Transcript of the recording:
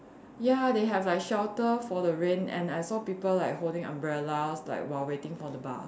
ya they have like shelter for the rain and I saw people like holding umbrellas like while waiting for the bus